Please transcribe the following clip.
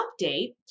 update